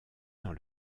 dans